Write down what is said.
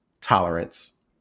tolerance